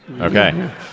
Okay